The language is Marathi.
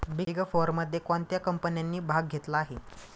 बिग फोरमध्ये कोणत्या कंपन्यांनी भाग घेतला आहे?